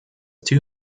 two